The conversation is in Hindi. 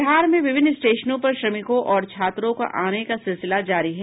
बिहार में विभिन्न स्टेशनों पर श्रमिकों और छात्रों के आने सिलसिला जारी है